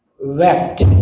wept